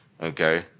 okay